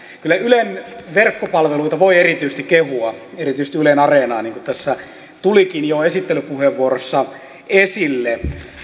kyllä ylen verkkopalveluita voi erityisesti kehua erityisesti yle areenaa niin kuin tässä tulikin jo esittelypuheenvuorossa esille